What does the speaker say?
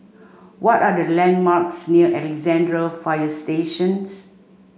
what are the landmarks near Alexandra Fire Station